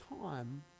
time